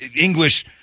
English